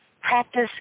practice